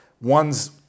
one's